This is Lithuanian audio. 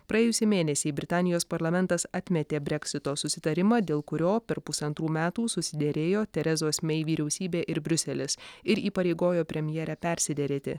praėjusį mėnesį britanijos parlamentas atmetė breksito susitarimą dėl kurio per pusantrų metų susiderėjo terezos mei vyriausybė ir briuselis ir įpareigojo premjerę persiderėti